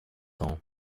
ans